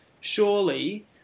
Surely